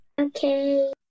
Okay